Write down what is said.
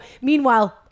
meanwhile